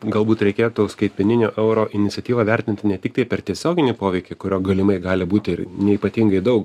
galbūt reikėtų skaitmeninio euro iniciatyvą vertinti ne tiktai per tiesioginį poveikį kurio galimai gali būti ir neypatingai daug